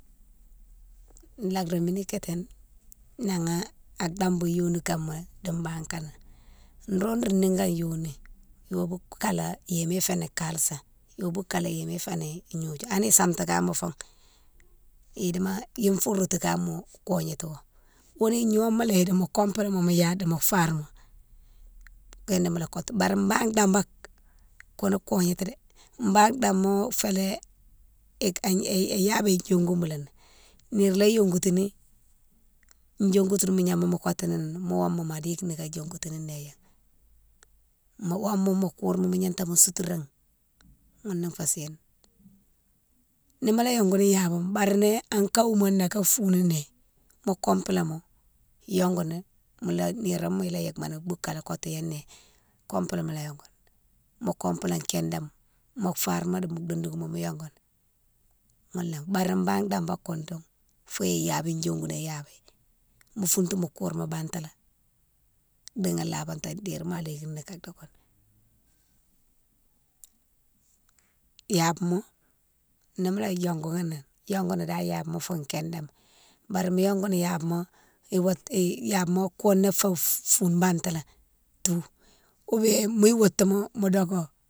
La rémini kéténe nagha a dambou yofonikama di banne kanan, nro ro nigane yoni, yo boukalé yomé féni kalsa, yo boukalé yomé féni gnodiou, ali santi kama fo idimo, younne fou routoukama kognatiwo, ghounne gnoma lé dimo compléma mo ya dimo farma béné younne kotou. Bari bane dambake koune kognati dé, banne dama félé i- i- i- iyabéye diongouma lé, nire lé yongoutini diogoutou migna moma kotini né, mo woma mo di mola yongoutini néyan, mo woma mo kouruma mo gnata mo soutouréghi ghounne fé séne. Ni mola yongouni iyabe ma bare ni an kawouma né ka founi né mo compléma yongouni mola yike niroma ila yike moni boukalé kotou yané compléma lé a yongouni, mo complé kindéma, mo farma dimo dondokouma mo yongouni ghounné, bari banne dambane koudoun fo iyabé diongouné iyabe, mo fountou mo kourma batala dighi labaté déri ma dékimi ka dokéni. iyabe ma, ni mola diongouni ni, yongouni dane iyabe ma fou kindéma, bari mo yongouni iyabema iyabema kone fé foune batalé tou oubien mo woutouma mo doké.